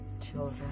children